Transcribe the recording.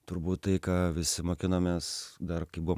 turbūt tai ką visi mokinomės dar kai buvom